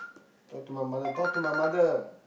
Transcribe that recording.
talk to my mother talk to my mother